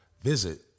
visit